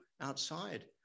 outside